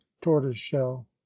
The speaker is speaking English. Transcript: tortoise-shell